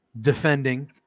defending